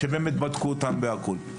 שבדקו אותם באמת.